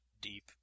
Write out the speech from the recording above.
deep